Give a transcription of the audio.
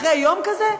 אחרי יום כזה?